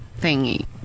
thingy